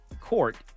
court